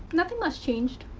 nothing much changed.